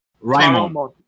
Raimon